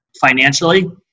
financially